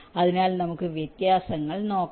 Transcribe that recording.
അതിനാൽ നമുക്ക് വ്യത്യാസങ്ങൾ നോക്കാം